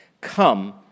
Come